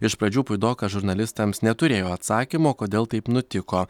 iš pradžių puidokas žurnalistams neturėjo atsakymo kodėl taip nutiko